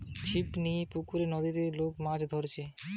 ছিপ লিয়ে পুকুরে, নদীতে লোক মাছ ধরছে